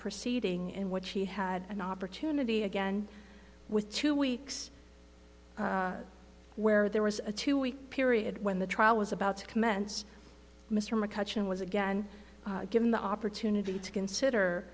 proceeding in what she had an opportunity again with two weeks where there was a two week period when the trial was about to commence mr mccutcheon was again given the opportunity to consider